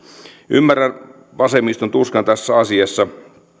ymmärrän vasemmiston tuskan tässä asiassa koska jostain syystä heillä on jäänyt tämmöinen